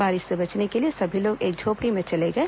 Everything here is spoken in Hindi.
बारिश से बचने के लिए सभी लोग एक झोपड़ी में चले गए